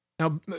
Now